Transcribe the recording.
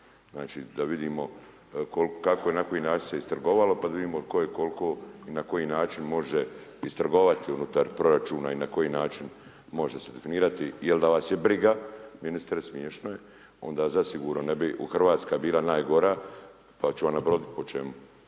Znači da vidimo kako i na koji način se istrgovalo, pa da vidimo tko je koliko i na koji način može istrgovati unutar proračuna i na koji način se može definirati. Jer da vas je briga, ministre smješno je, onda zasigurno Hrvatska neb bi bila najgora. Pa ću vam nabrojati po čemu,